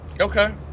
Okay